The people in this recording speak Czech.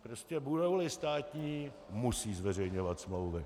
Prostě budouli státní, musí zveřejňovat smlouvy.